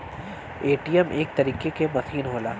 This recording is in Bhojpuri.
ए.टी.एम एक तरीके क मसीन होला